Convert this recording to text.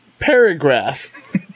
Paragraph